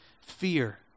fear